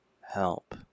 help